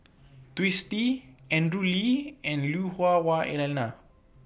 Twisstii Andrew Lee and Lui Hah Wah Elena